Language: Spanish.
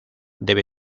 debe